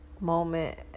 moment